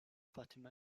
fatima